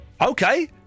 Okay